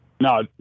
No